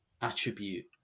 attribute